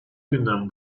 günden